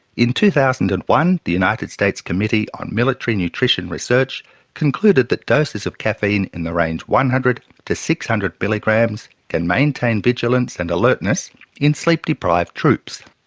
in two thousand and one the united states committee on military nutrition research concluded that doses of caffeine in the range one hundred to six hundred milligrams can maintain vigilance and alertness in sleep deprived troops.